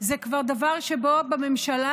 זה כבר דבר שבו בממשלה,